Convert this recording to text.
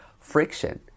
friction